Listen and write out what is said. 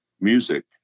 music